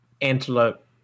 antelope